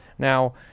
Now